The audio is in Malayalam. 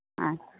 ആ